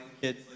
kids